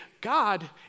God